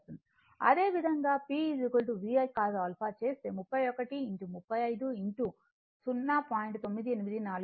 అదేవిధంగా P VI cos 𝞪 చేస్తే 31 35 0